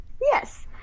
Yes